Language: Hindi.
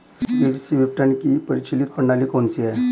कृषि विपणन की प्रचलित प्रणाली कौन सी है?